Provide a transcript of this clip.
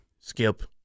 Skip